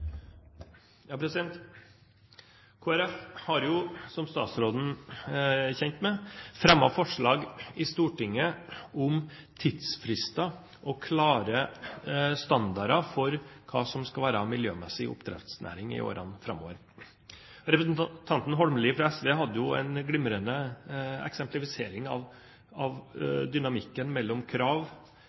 har, som statsråden er kjent med, fremmet forslag i Stortinget om tidsfrister og klare standarder for hva som skal være miljømessig oppdrettsnæring i årene framover. Representanten Holmelid fra SV hadde en glimrende eksemplifisering av dynamikken mellom krav,